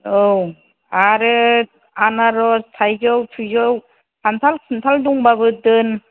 औ आरो आनारस थाइजौ थुइजौ खान्थाल खुन्थाल दंबाबो दोन